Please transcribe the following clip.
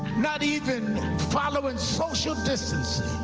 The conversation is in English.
not even following social distancing.